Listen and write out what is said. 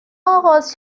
آغاز